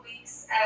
weeks